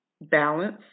balance